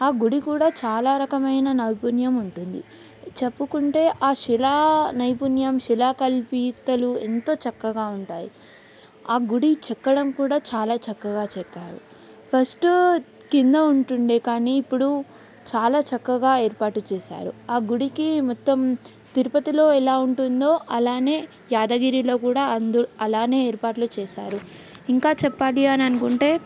ఆ గుడి కూడా చాలా రకమైన నైపుణ్యం ఉంటుంది చెప్పుకుంటే ఆ శిలా నైపుణ్యం శిలా కల్పితలు ఎంతో చక్కగా ఉంటాయి ఆ గుడి చెక్కడం కూడా చాలా చక్కగా చెక్కారు ఫస్ట్ కింద ఉంటుండే కానీ ఇప్పుడు చాలా చక్కగా ఏర్పాటు చేశారు ఆ గుడికి మొత్తం తిరుపతిలో ఎలా ఉంటుందో అలానే యాదగిరిలో కూడా అందు అలానే ఏర్పాట్లు చేశారు ఇంకా చెప్పాలి అని అనుకుంటే